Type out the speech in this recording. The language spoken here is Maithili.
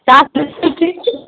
टास्क लिखतै की